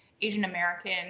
Asian-American